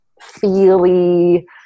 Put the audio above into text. feely